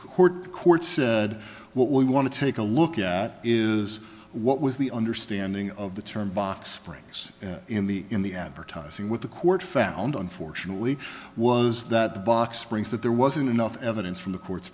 the court said what we want to take a look at is what was the understanding of the term box springs in the in the advertising with the court found unfortunately was that box springs that there wasn't enough evidence from the courts